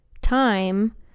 time